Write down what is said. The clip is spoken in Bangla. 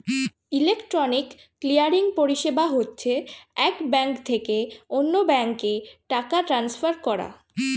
ইলেকট্রনিক ক্লিয়ারিং পরিষেবা হচ্ছে এক ব্যাঙ্ক থেকে অন্য ব্যাঙ্কে টাকা ট্রান্সফার করা